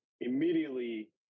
immediately